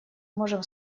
можем